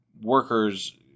workers